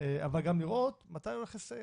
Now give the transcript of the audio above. אבל גם לראות מתי הוא הולך לסיים?